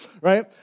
right